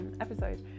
episode